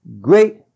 great